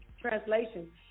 translation